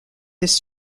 this